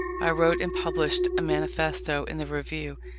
i wrote and published a manifesto in the review,